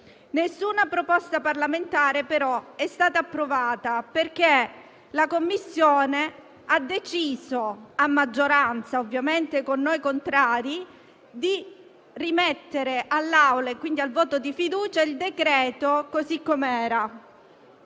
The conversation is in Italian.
Nessuna proposta parlamentare, però, è stata approvata, perché la Commissione ha deciso a maggioranza - ovviamente con noi contrari - di rimettere all'Assemblea, e quindi al voto di fiducia, il decreto così com'era.